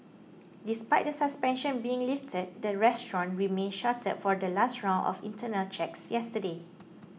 despite the suspension being lifted the restaurant remained shuttered for the last round of internal checks yesterday